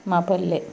మా పల్లె